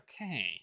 Okay